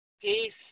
Peace